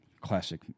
classic